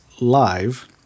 live